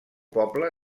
poble